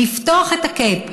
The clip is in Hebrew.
לפתוח את ה-cap,